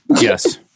Yes